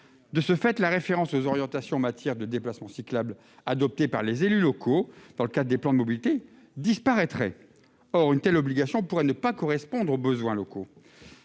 De ce fait, la référence aux orientations en matière de déplacements cyclables, adoptées par les élus locaux dans le cadre des plans de mobilité, disparaîtrait. Or une telle obligation pourrait ne pas correspondre aux besoins locaux.